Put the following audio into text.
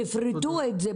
תפרטו את זה,